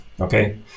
Okay